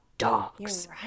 dogs